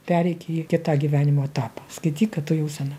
pereik į kitą gyvenimo etapą skaityk kad tu jau sena